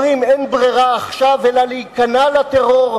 אומרים: אין ברירה עכשיו אלא להיכנע לטרור,